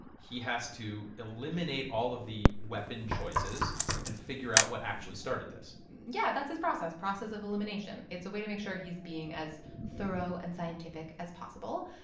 he has to eliminate all of the weapon choices and figure out what actually started this yeah. that's his process process of elimination. it's a way to make sure he's being as thorough and scientific as possible.